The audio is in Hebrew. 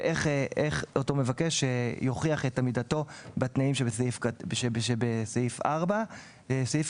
ואיך אותו מבקש יוכיח את עמידתו בתנאים שבסעיף 4. סעיף